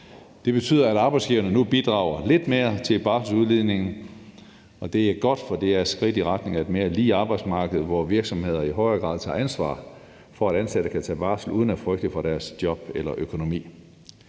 Det betyder, at arbejdsgiverne nu bidrager lidt mere til barselsudligningen, og det er godt, for det er et skridt i retning af et mere lige arbejdsmarked, hvor virksomheder i højere grad tager ansvar for, at ansatte kan tage barsel uden at frygte for deres job eller økonomi.